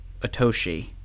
Atoshi